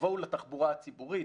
תבואו לתחבורה הציבורית.